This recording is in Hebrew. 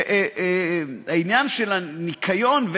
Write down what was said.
שהעניין של הניקיון,